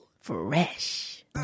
Fresh